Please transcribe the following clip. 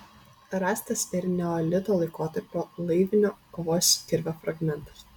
rastas ir neolito laikotarpio laivinio kovos kirvio fragmentas